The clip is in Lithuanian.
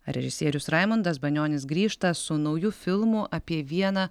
režisierius raimundas banionis grįžta su nauju filmu apie vieną